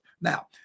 Now